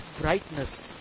brightness